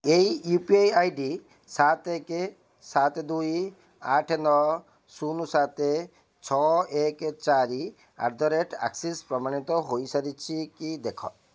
ଏହି U P I I D ସାତ ଏକ ସାତ ଦୁଇ ଆଠ ନଅ ଶୂନ୍ ସାତ ଛଅ ଏକ ଚାରି ଆଟ୍ ଦି ରେଟ୍ ଆକ୍ସିସ୍ ପ୍ରମାଣିତ ହୋଇସାରିଛି କି ଦେଖ